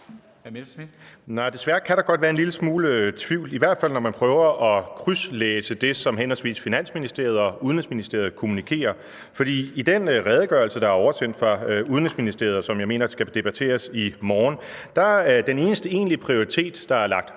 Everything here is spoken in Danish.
desværre kan der godt være en lille smule tvivl, i hvert fald når man prøver at krydslæse det, som henholdsvis Finansministeriet og Udenrigsministeriet kommunikerer. For i den redegørelse, der er oversendt fra Udenrigsministeriet, og som jeg mener skal debatteres i morgen, er den eneste egentlige prioritet, der er lagt